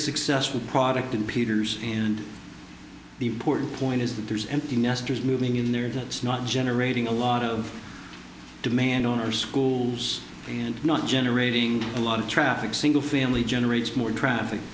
successful product in peters and the important point is that there's empty nesters moving in there that's not generating a lot of demand on our schools and not generating a lot of traffic single family generates more traffic